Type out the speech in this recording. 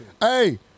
Hey